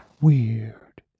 weird